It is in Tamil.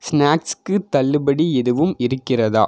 ஸ்நாக்ஸுக்கு தள்ளுபடி எதுவும் இருக்கிறதா